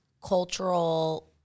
cultural